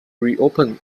reopen